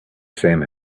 same